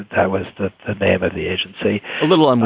that was the name of the agency a little um.